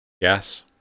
Yes